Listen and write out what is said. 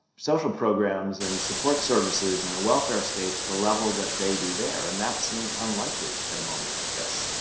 social programs and support services and a welfare state to the level that they do there and that seems unlikely at a moment like this.